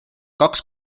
kaks